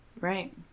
Right